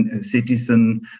citizen